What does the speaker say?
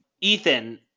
Ethan